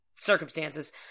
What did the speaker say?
circumstances